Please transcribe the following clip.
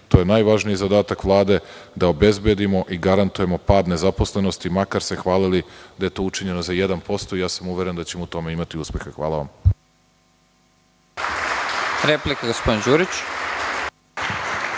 to je najvažniji zadatak Vlade, da obezbedimo i garantujemo pad nezaposlenosti, makar se hvalili da je to učinjeno za 1%. Uveren sam da ćemo u tome imati uspeha. Hvala vam.